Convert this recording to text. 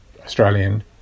Australian